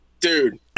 Dude